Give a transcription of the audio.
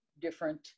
different